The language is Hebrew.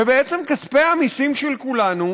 ובעצם כספי המיסים של כולנו